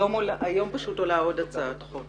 היום עולה עוד הצעת חוק